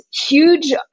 huge